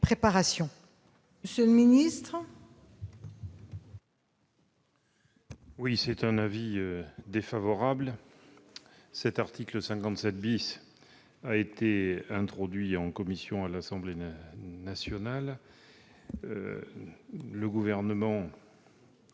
monsieur le ministre,